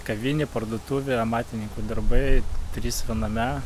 kavinė parduotuvė amatininkų darbai trys viename